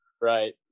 Right